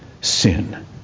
sin